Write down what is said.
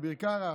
אביר קארה